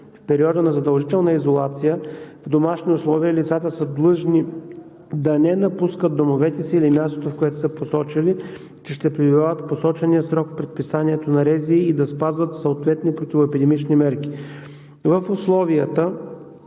В периода на задължителна изолация в домашни условия лицата са длъжни да не напускат домовете си или мястото, което са посочили, че ще пребивават в посочения срок по предписанието на РЗИ, и да спазват съответни противоепидемични мерки.